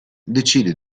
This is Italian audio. decide